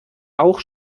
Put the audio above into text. auch